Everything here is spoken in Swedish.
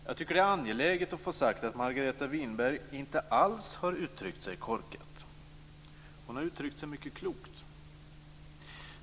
Jag tycker att det är angeläget att få sagt att Margareta Winberg inte alls har uttryckt sig korkat. Hon har uttryckt sig mycket klokt.